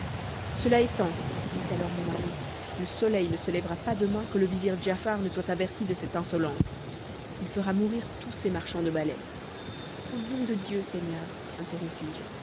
cela étant dit alors mon mari le soleil ne se lèvera pas demain que le vizir giafar ne soit averti de cette insolence il fera mourir tous ces marchands de balais au nom de dieu seigneur